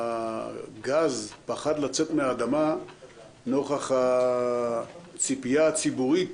הגז פחד לצאת מהאדמה נוכח הציפייה הציבורית